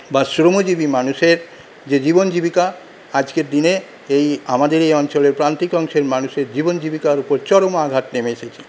বা শ্রমজীবী মানুষের যে জীবন জীবিকা আজকের দিনে এই আমাদের এই অঞ্চলের প্রান্তিক অংশের মানুষের জীবন জীবিকার ওপর চরম আঘাত নেমে এসেছে